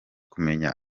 kumenya